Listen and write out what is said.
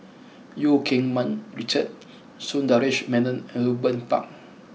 Eu Keng Mun Richard Sundaresh Menon Ruben Pang